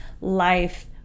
life